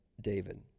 David